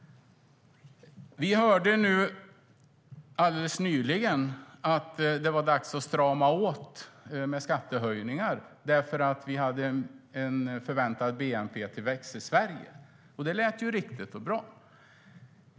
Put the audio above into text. Vi hörde alldeles nyligen att det var dags att strama åt med skattehöjningar eftersom vi har en förväntad bnp-tillväxt i Sverige. Det lät ju riktigt och bra.